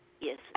Yes